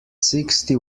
sixty